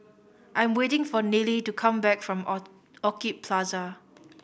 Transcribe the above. I am waiting for Neely to come back from O Orchid Plaza